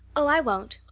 oh, i won't.